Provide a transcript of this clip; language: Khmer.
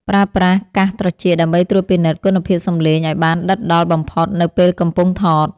ប្រើប្រាស់កាសត្រចៀកដើម្បីត្រួតពិនិត្យគុណភាពសំឡេងឱ្យបានដិតដល់បំផុតនៅពេលកំពុងថត។